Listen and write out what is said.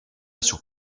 sur